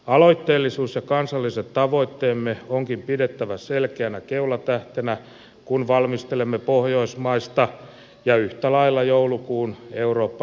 aloitteellisuus ja kansalliset tavoitteemme onkin pidettävä selkeänä keulatähtenä kun valmistelemme pohjoismaista yhteistyötä ja yhtä lailla joulukuun eurooppa neuvostoa